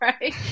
Right